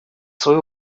свою